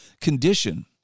condition